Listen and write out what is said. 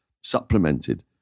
supplemented